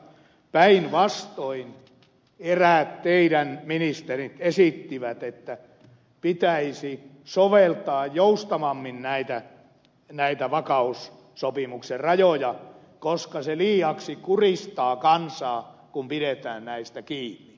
päinvastoin eräät teidät ministerinne esittivät että pitäisi soveltaa joustavammin näitä vakaussopimuksen rajoja koska se liiaksi kuristaa kansaa kun pidetään näistä kiinni